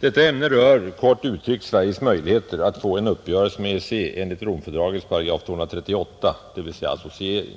Detta ämne rör kort uttryckt Sveriges möjligheter att få en uppgörelse med EEC enligt Romfördragets § 238, dvs. associering.